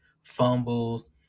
fumbles